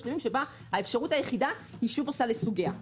שהאפשרות היחידה היא שופרסל לסוגיה.